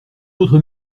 autre